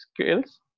skills